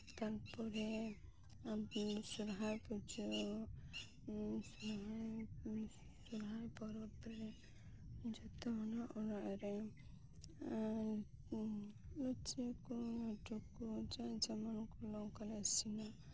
ᱛᱟᱨᱯᱚᱨᱮ ᱟᱨ ᱥᱚᱨᱦᱟᱭ ᱯᱩᱡᱟᱹ ᱥᱚᱨᱦᱟᱭ ᱯᱩᱡᱟᱹ ᱥᱚᱨᱦᱟᱭ ᱯᱚᱨᱚᱵᱽ ᱨᱮ ᱡᱷᱚᱛᱚ ᱦᱚᱲᱟᱜ ᱚᱲᱟᱜ ᱨᱮ ᱞᱩᱪᱤ ᱠᱚ ᱞᱟᱰᱩ ᱠᱚ ᱡᱮ ᱡᱮᱢᱚᱱ ᱠᱩᱞᱟᱹᱜ ᱚᱝᱠᱟᱞᱮ ᱤᱥᱤᱱᱟ